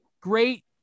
great